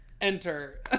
Enter